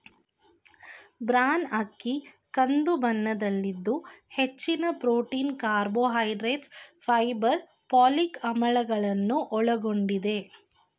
bran ಅಕ್ಕಿ ಕಂದು ಬಣ್ಣದಲ್ಲಿದ್ದು ಹೆಚ್ಚಿನ ಪ್ರೊಟೀನ್, ಕಾರ್ಬೋಹೈಡ್ರೇಟ್ಸ್, ಫೈಬರ್, ಪೋಲಿಕ್ ಆಮ್ಲಗಳನ್ನು ಒಳಗೊಂಡಿದೆ